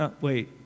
wait